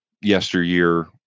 yesteryear